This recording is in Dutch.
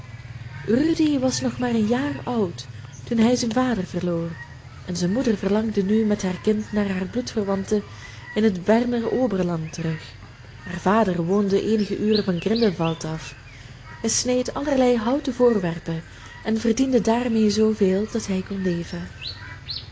rudy was nog maar een jaar oud toen hij zijn vader verloor en zijn moeder verlangde nu met haar kind naar haar bloedverwanten in het berner oberland terug haar vader woonde eenige uren van grindelwald af hij sneed allerlei houten voorwerpen en verdiende daarmee zoo veel dat hij kon